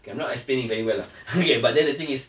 okay I'm not explaining very well lah okay but then the thing is